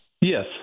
Yes